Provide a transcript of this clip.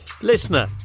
Listener